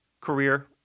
career